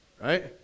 Right